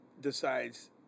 Decides